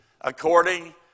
according